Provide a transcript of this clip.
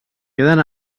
queden